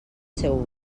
seu